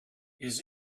his